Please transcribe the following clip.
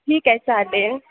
ठीक आहे चालेल